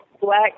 black